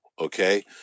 okay